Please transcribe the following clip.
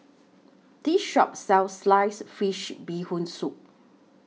This Shop sells Sliced Fish Bee Hoon Soup